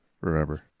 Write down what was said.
remember